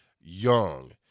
young